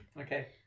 okay